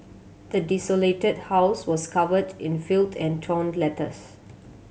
the desolated house was covered in filth and torn letters